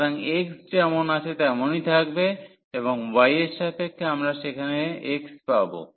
সুতরাং x যেমন আছে তেমনই থাকবে এবং y এর সাপেক্ষে আমরা সেখানে x পাব